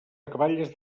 acaballes